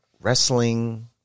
wrestling